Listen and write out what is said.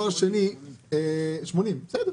80, בסדר.